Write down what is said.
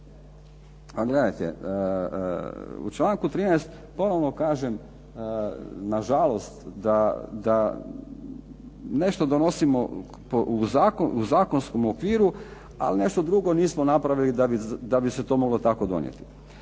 Gledajte, u članku 13., ponovno kažem, nažalost da nešto donosimo u zakonskom okviru, ali nešto drugo nismo napravili da bi se to moglo tako donijeti.